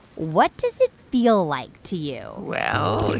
what does it feel like to you? well,